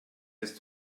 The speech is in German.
jetzt